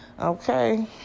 Okay